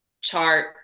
chart